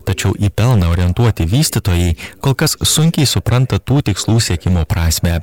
tačiau į pelną orientuoti vystytojai kol kas sunkiai supranta tų tikslų siekimo prasmę